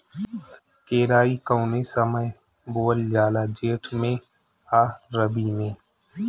केराई कौने समय बोअल जाला जेठ मैं आ रबी में?